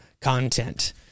content